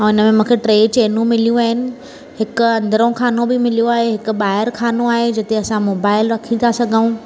ऐं हिन में मूंखे टे चैनूं मिलियूं आहिनि हिकु अंदिरों ख़ानो बि मिलियो आहे हिक ॿाहिरि ख़ानो आहे जिते असां मोबाइल रखी था सघूं